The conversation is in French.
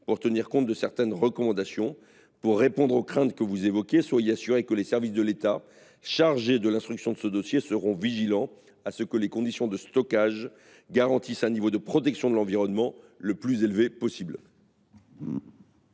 pour tenir compte de certaines recommandations. Pour répondre aux craintes que vous évoquez, soyez assurés que les services de l’État chargés de l’instruction de ce dossier seront vigilants à ce que les conditions de stockage garantissent un niveau de protection de l’environnement le plus élevé possible.